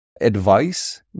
advice